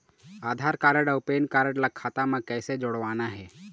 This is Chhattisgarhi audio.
आधार कारड अऊ पेन कारड ला खाता म कइसे जोड़वाना हे?